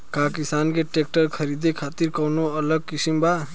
का किसान के ट्रैक्टर खरीदे खातिर कौनो अलग स्किम बा?